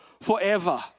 forever